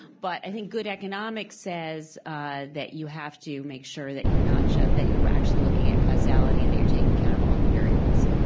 but i think good economics says ah that you have to make sure that you're not that you're actually looking at causality and that you're taking account of all of the variables.